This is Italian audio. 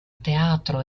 teatro